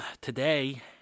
Today